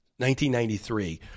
1993